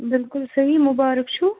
بِلکُل صحیح مُبارَک چھُو